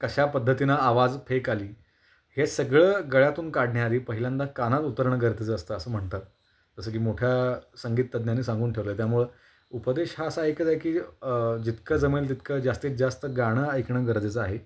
कशा पद्धतीनं आवाज फेक आली हे सगळं गळ्यातून काढण्याआधी पहिल्यांदा कानात उतरणं गरजेचं असतं असं म्हणतात जसं की मोठ्या संगीततज्ज्ञांनी सांगून ठेवलं आहे त्यामुळं उपदेश हा असा एकच आहे की जितकं जमेल तितकं जास्तीत जास्त गाणं ऐकणं गरजेचं आहे